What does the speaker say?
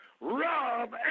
Rob